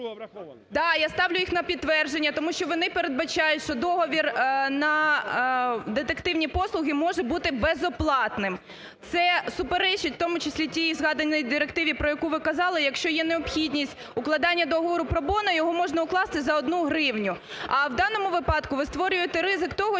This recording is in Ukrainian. Да, я ставлю їх на підтвердження. Тому що вони передбачають, що договір на детективні послуги можуть бути безоплатними. Це суперечить в тому числі тій загаданій директиві, про яку ви казали. Якщо є необхідність укладання договору Pro bono, його можна укласти за 1 гривню. А у даному випадку ви створюєте ризик того,